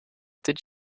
did